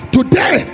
Today